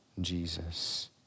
Jesus